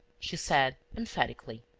she said emphatically.